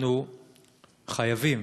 אנחנו חייבים